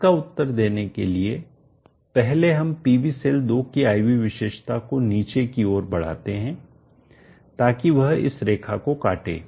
इसका उत्तर देने के लिए पहले हम PV सेल 2 की I V विशेषता को नीचे की ओर बढ़ाते हैं ताकि वह इस रेखा को काटे